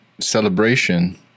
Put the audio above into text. celebration